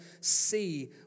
see